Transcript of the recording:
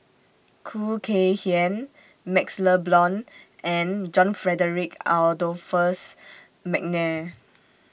Khoo Kay Hian MaxLe Blond and John Frederick Adolphus Mcnair